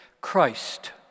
Christ